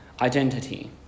identity